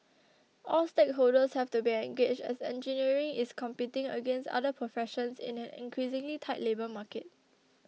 all stakeholders have to be engaged as engineering is competing against other professions in an increasingly tight labour market